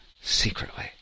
secretly